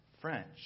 French